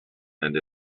and